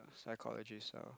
psychologist lah